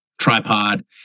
tripod